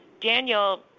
Daniel